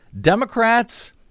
Democrats